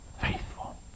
faithful